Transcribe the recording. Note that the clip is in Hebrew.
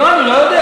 לא, אני לא יודע.